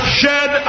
shed